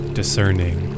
discerning